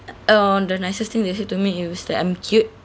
err the nicest thing they said to me it was that I'm cute